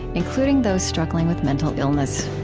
including those struggling with mental illness